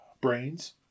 Brains